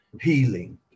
Healing